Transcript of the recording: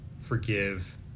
Forgive